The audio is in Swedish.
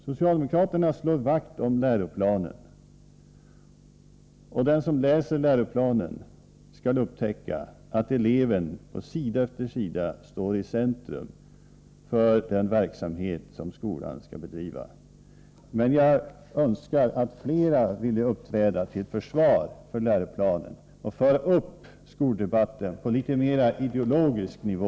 Socialdemokraterna slår vakt om läroplanen. Den som läser den upptäcker på sida efter sida att eleven står i centrum för den verksamhet som skolan skall bedriva. Jag önskar att fler ville uppträda till försvar för läroplanen och föra upp debatten till en mer ideologisk nivå.